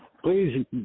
please